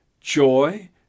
joy